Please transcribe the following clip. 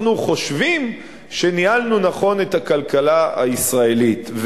אנחנו חושבים שניהלנו נכון את הכלכלה הישראלית.